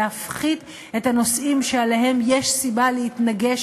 להפחית את הנושאים שעליהם יש סיבה להתנגש,